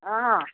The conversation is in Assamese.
অঁ